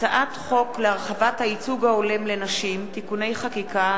הצעת חוק להרחבת הייצוג ההולם לנשים (תיקוני חקיקה),